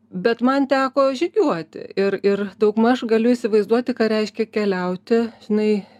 bet man teko žygiuoti ir ir daugmaž galiu įsivaizduoti ką reiškia keliauti žinai